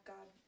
God